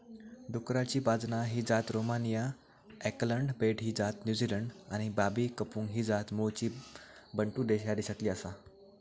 डुकराची बाजना ही जात रोमानिया, ऑकलंड बेट ही जात न्युझीलंड आणि बाबी कंपुंग ही जात मूळची बंटू ह्या देशातली आसा